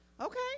Okay